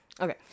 Okay